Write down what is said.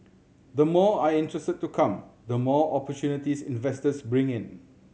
the more are interested to come the more opportunities investors bring in